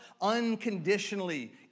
unconditionally